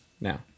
Now